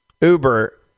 Uber